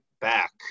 back